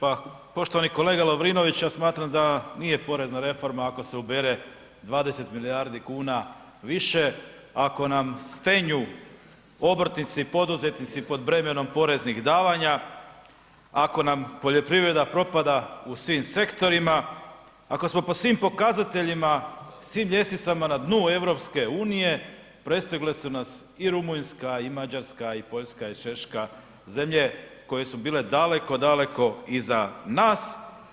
Pa poštovani kolega Lovrinović, ja smatram da nije porezna reforma ako se ubere 20 milijardi kuna više, ako nam stenju obrtnici, poduzetnici pod bremenom poreznih davanja, ako nam poljoprivreda propada u svim sektorima, ako smo po svim pokazateljima, svim ljestvicama na dnu EU, prestigle su nas i Rumunjska i Mađarska i Poljska i Češka, zemlje koje su bile daleko, daleko iza nas.